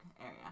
area